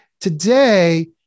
Today